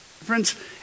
Friends